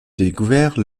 découvert